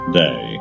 day